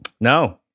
No